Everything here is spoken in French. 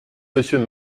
monsieur